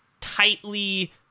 tightly